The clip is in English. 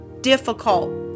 difficult